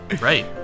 Right